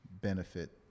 benefit